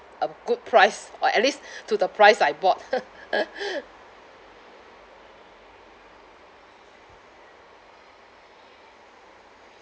a good price or at least to the price I bought